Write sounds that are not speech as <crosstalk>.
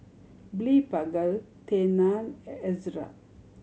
Blephagel Tena <unintelligible> Ezerra